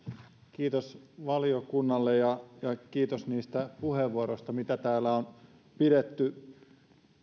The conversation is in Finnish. kiitos valiokunnalle ja kiitos niistä puheenvuoroista joita täällä on pidetty